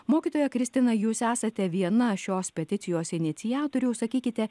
mokytoja kristina jūs esate viena šios peticijos iniciatorių sakykite